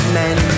men